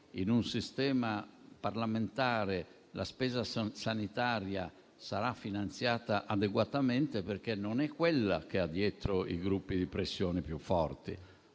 in un sistema parlamentare la spesa sanitaria sarà finanziata adeguatamente, perché non è quella che ha dietro i gruppi di pressione più forti.